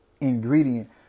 ingredient